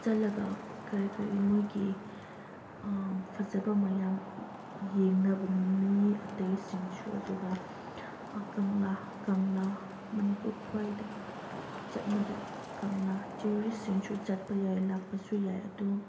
ꯆꯠꯂꯒ ꯀꯔꯤ ꯀꯔꯤ ꯃꯣꯏꯒꯤ ꯐꯖꯕ ꯃꯌꯥꯝ ꯌꯦꯡꯅꯕꯅꯤ ꯃꯤ ꯑꯇꯩꯁꯤꯡꯁꯨ ꯑꯗꯨꯒ ꯀꯪꯂꯥ ꯀꯪꯂꯥ ꯃꯅꯤꯄꯨꯔ ꯈꯣꯏꯗ ꯆꯠꯅꯕ ꯀꯪꯂꯥ ꯇꯨꯔꯤꯁꯁꯤꯡꯁꯨ ꯆꯠꯄ ꯌꯥꯏ ꯂꯥꯛꯄꯁꯨ ꯌꯥꯏ ꯑꯗꯨꯝ